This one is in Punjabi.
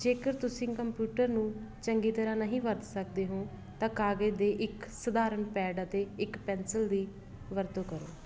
ਜੇਕਰ ਤੁਸੀਂ ਕੰਪਿਊਟਰ ਨੂੰ ਚੰਗੀ ਤਰ੍ਹਾਂ ਨਹੀਂ ਵਰਤ ਸਕਦੇ ਹੋ ਤਾਂ ਕਾਗਜ਼ ਦੇ ਇੱਕ ਸਾਧਾਰਨ ਪੈਡ ਅਤੇ ਇੱਕ ਪੈਨਸਿਲ ਦੀ ਵਰਤੋਂ ਕਰੋ